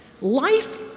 Life